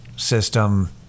system